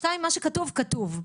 שתיים, מה שכתוב כתוב.